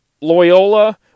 Loyola